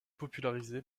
popularisé